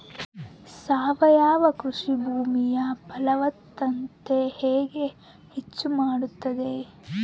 ಸಾವಯವ ಕೃಷಿ ಭೂಮಿಯ ಫಲವತ್ತತೆ ಹೆಂಗೆ ಹೆಚ್ಚು ಮಾಡುತ್ತದೆ?